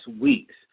weeks